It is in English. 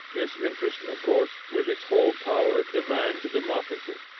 this interest of course with its whole power demands a democracy.